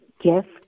gift